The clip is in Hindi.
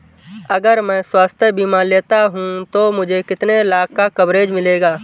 अगर मैं स्वास्थ्य बीमा लेता हूं तो मुझे कितने लाख का कवरेज मिलेगा?